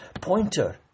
pointer